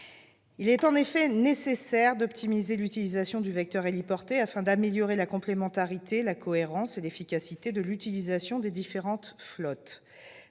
Il est en effet nécessaire d'optimiser l'utilisation du vecteur héliporté, afin d'améliorer la complémentarité, la cohérence et l'efficacité du recours aux différentes flottes.